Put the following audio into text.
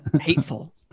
hateful